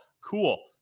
cool